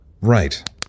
right